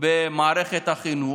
במערכת החינוך.